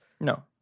No